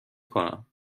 کنم